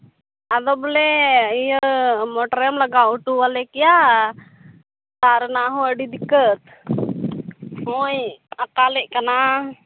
ᱟᱫᱚ ᱵᱚᱞᱮ ᱤᱭᱟᱹ ᱢᱚᱴᱚᱨᱮᱢ ᱞᱟᱜᱟᱣ ᱦᱚᱴᱚᱣᱟᱞᱮ ᱠᱮᱭᱟ ᱟᱨ ᱚᱱᱟ ᱦᱚᱸ ᱟᱹᱰᱤ ᱫᱤᱠᱠᱚᱛ ᱱᱚᱜᱼᱚᱭ ᱟᱠᱟᱞᱮᱫ ᱠᱟᱱᱟ